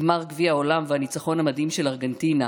גמר גביע העולם והניצחון המדהים של ארגנטינה